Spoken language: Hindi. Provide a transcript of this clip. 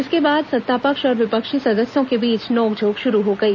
इसके बाद सत्तापक्ष और विपक्षी सदस्यों के बीच नोकझोंक शुरू हो गई